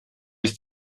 ist